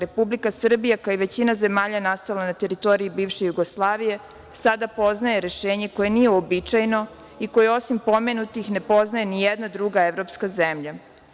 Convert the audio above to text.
Republika Srbija, kao i većina zemalja nastala na teritoriji bivše Jugoslavije, sada poznaje rešenje koje nije uobičajeno i, koje osim pomenutih, ne poznaje ni jedna druga evropska zemlja.